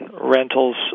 rentals